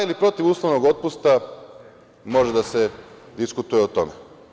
Za ili protiv uslovnog otpusta, može da se diskutuje o tome.